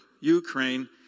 Ukraine